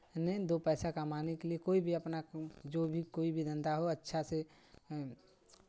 नहीं दो पैसा कमाने के लिये कोई भी अपना जो भी कोई भी धंधा हो अच्छा से